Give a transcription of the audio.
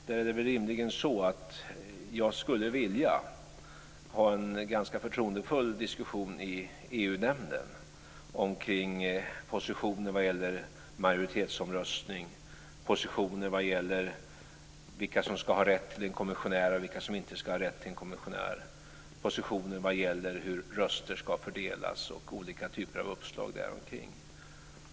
Det är rimligen så att jag skulle vilja ha en ganska förtroendefull diskussion i EU-nämnden omkring positioner vad gäller majoritetsomröstning, positioner vad gäller vilka som ska ha rätt till en kommissionär och vilka som inte ska ha rätt till en kommissionär, positioner vad gäller hur röster ska fördelas och olika typer av uppslag däromkring.